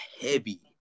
heavy